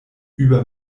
über